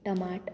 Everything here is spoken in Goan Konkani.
टमाट